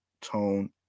tone